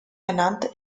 ernannte